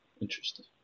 Interesting